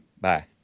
Bye